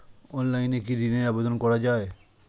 অনলাইনে কি ঋনের আবেদন করা যায়?